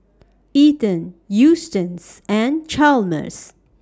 Ethen Eustace and Chalmers